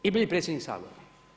I bili predsjednik Sabora.